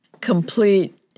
complete